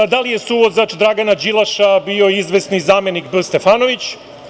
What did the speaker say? Da li je suvozač Dragana Đilasa bio izvesni zamenik B. Stefanović?